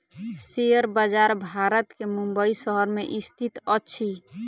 share बजार भारत के मुंबई शहर में स्थित अछि